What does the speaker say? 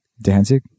Dancing